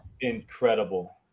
incredible